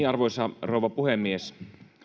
arvoisa rouva puhemies